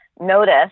notice